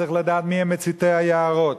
צריכים לדעת מי הם מציתי היערות.